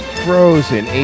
frozen